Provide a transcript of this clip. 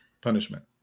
punishment